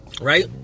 right